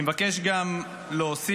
אני מבקש גם להוסיף